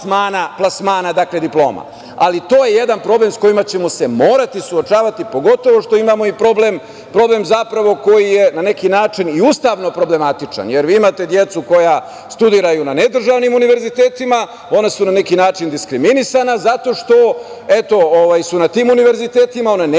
plasmana diploma. To je jedan problem sa kojim ćemo se morati suočavati pogotovo što imamo i problem, zapravo koji je na neki način i ustavno problematičan, jer vi imate decu koji studiraju na nedržavnim univerzitetima, ona su na neki način diskriminisana zato što su na tim univerzitetima, one